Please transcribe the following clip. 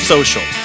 Social